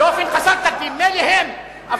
שלוש דקות, חבר הכנסת טיבי, מה